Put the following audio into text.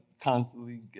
constantly